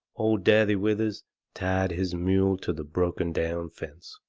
old daddy withers tied his mule to the broken down fence.